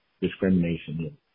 discrimination